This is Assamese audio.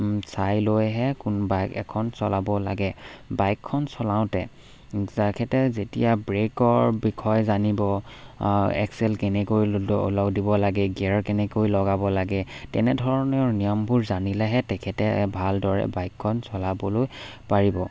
চাই লৈহে কোন বাইক এখন চলাব লাগে বাইকখন চলাওঁতে তেখেতে যেতিয়া ব্ৰেকৰ বিষয় জানিব এক্সেল কেনেকৈ লগ দিব লাগে গিয়াৰ কেনেকৈ লগাব লাগে তেনেধৰণৰ নিয়মবোৰ জানিলেহে তেখেতে ভালদৰে বাইকখন চলাবলৈ পাৰিব